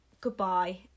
goodbye